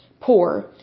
poor